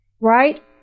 Right